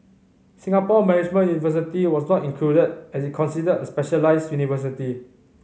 Singapore Management University was not included as is considered a specialised university